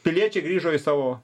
piliečiai grįžo į savo